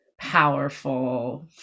powerful